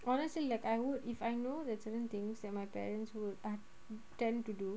honestly like I would if I know that certain things that my parents would err tend to do